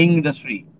industry